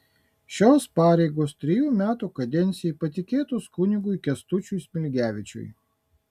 šios pareigos trejų metų kadencijai patikėtos kunigui kęstučiui smilgevičiui